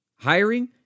Hiring